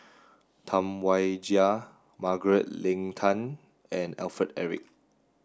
Tam Wai Jia Margaret Leng Tan and Alfred Eric